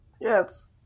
Yes